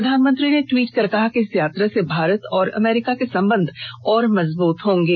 प्रधानमंत्री ने ट्वीट कर कहा कि इस यात्रा से भारत और अमरीका के संबंध और मजबूत होंगे